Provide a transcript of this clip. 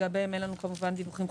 שלגביהם אין לנו כמובן דיווחים חודשים,